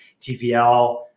TVL